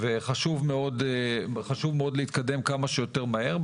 וחשוב מאוד להתקדם כמה שיותר מהר.